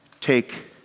take